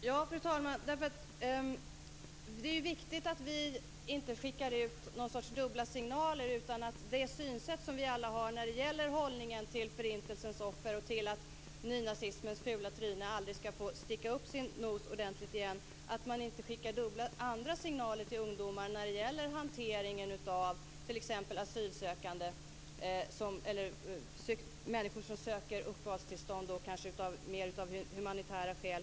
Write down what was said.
Fru talman! Det är viktigt att vi inte skickar ut dubbla signaler när det gäller hållningen till Förintelsens offer och till att nynazismens fula tryne aldrig skall få sticka upp sin nos ordentligt igen. Vi får inte skicka andra signaler till ungdomarna i fråga om hantering av asylsökande eller människor som söker uppehållstillstånd av humanitära skäl.